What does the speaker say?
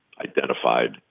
identified